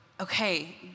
okay